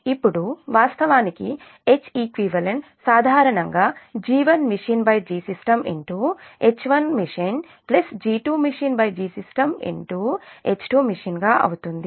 ఇప్పుడు వాస్తవానికి Heq సాధారణంగా G1machineGsystemH1machineG2machineGsystem H2machine గా అవుతుంది